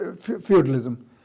feudalism